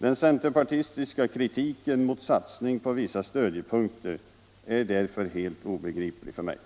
Den centerpartistiska kritiken mot satsning på vissa stödjepunkter är därför helt obegriplig för mig.